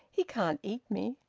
he can't eat me.